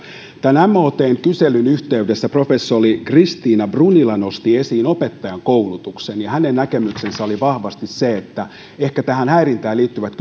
tämän motn kyselyn yhteydessä professori kristiina brunila nosti esiin opettajankoulutuksen ja hänen näkemyksensä oli vahvasti se että ehkä tähän häirintään liittyvät